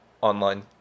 online